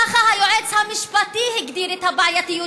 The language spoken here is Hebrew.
ככה היועץ המשפטי הגדיר את הבעייתיות